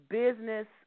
business